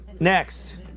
Next